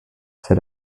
set